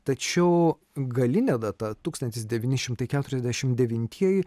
tačiau galinė data tūkstantis devyni šimtai keturiasdešimt devintieji